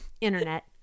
Internet